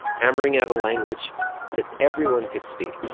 hammering out a language that everyone could speak.